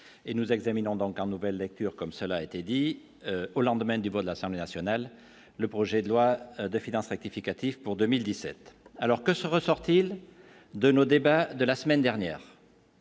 nous examinons donc en nouvelle lecture, comme cela a été dit au lendemain du vote de l'Assemblée nationale, le projet de loi de finances rectificatif pour 2017 alors que ce ressortir de nos débats de la semaine dernière